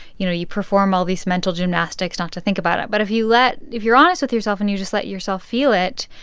you know, you perform all these mental gymnastics not to think about it. but if you let if you're honest with yourself and you just let yourself feel it,